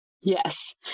yes